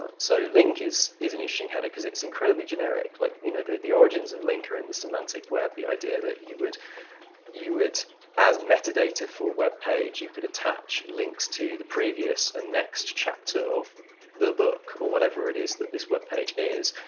so link is is an interesting header, because it's incredibly generic. like you know the the origins of and link are in the semantic web the idea that you would you would as metadata for a web page, you could attach links to the previous and next chapter of the book, or whatever it is that this web page is.